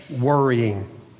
worrying